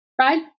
right